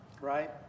right